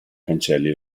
cancelli